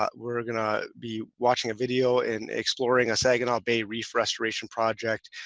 ah we're going to be watching a video and exploring a saginaw bay reef restoration project,